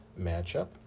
matchup